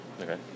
Okay